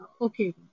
Okay